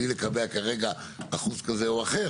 בלי לקבע כרגע אחוז כזה או אחר,